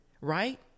Right